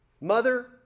mother